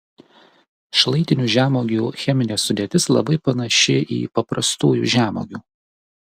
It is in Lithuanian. šlaitinių žemuogių cheminė sudėtis labai panaši į paprastųjų žemuogių